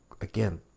again